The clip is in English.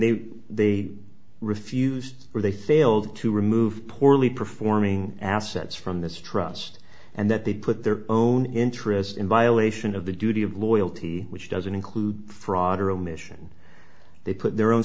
they they refused or they failed to remove poorly performing assets from this trust and that they put their own interests in violation of the duty of loyalty which doesn't include fraud or omission they put their own